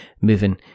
moving